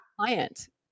client